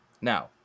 Now